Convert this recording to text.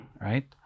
right